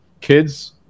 kids